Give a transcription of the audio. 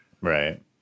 Right